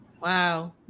Wow